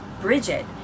Bridget